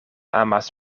amas